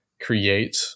create